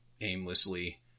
aimlessly